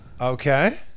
Okay